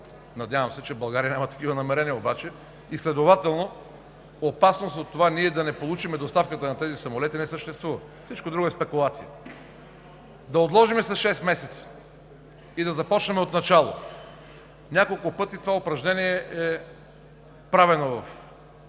Надявам се, че България няма такива намерения. Следователно опасност от това ние да не получим доставката на тези самолети не съществува. Всичко друго е спекулация. Да отложим с шест месеца и да започнем отначало. Няколко пъти това упражнение за